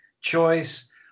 choice